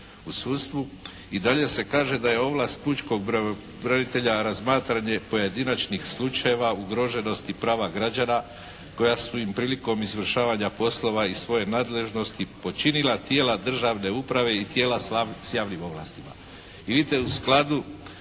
u sudstvu. I dalje se kaže da je ovlast pučkog pravobranitelja razmatranje pojedinačnih slučajeva ugroženosti prava građana koja su im prilikom izvršavanja poslova iz svoje nadležnosti počinila tijela državne uprave i tijela s javnim ovlastima.